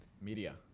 media